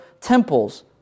temples